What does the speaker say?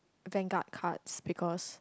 vanguard cards because